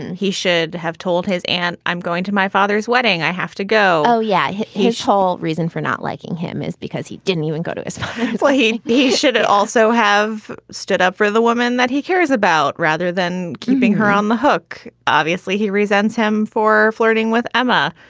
and he should have told his and i'm going to my father's wedding, i have to go oh, yeah. his his whole reason for not liking him is because he didn't even go to his well, he he should and also have stood up for the woman that he cares about rather than keeping her on the hook. obviously, he resents him for flirting with emma.